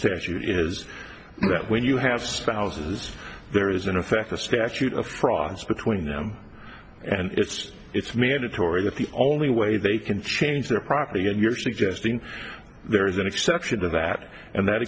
statute is that when you have spouses there is in effect a statute of frauds between them and it's it's mandatory that the only way they can change their property and you're suggesting there is an exception to that and that